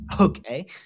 okay